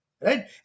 right